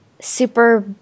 super